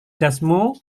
jasmu